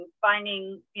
finding